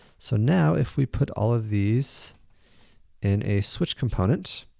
so now, if we put all of these in a switch component,